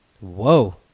Whoa